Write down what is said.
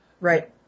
Right